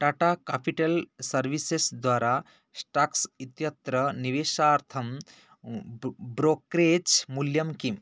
Tata capital services द्वारा stocks इत्यत्र निवेशार्थं ब्रोक्रेज् मूल्यं किम्